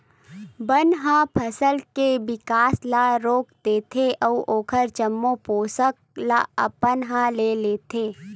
बन ह फसल के बिकास ल रोक देथे अउ ओखर जम्मो पोसक ल अपन ह ले लेथे